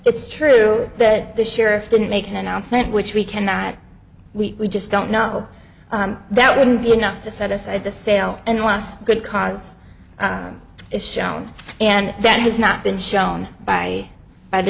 it's true that the sheriff didn't make an announcement which we can that we just don't know that wouldn't be enough to set us at the sale and was good cause shown and that has not been shown by by the